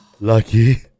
lucky